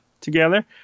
Together